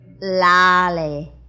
Lolly